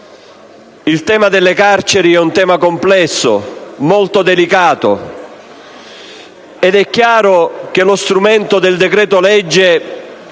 Quello delle carceri è un tema complesso, molto delicato, ed è chiaro che lo strumento del decreto‑legge